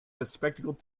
bespectacled